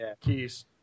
keys